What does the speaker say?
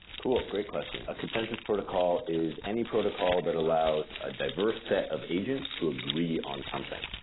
cool. great question. a consensus protocol is any protocol that allows a diverse set of agents to agree on something.